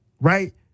right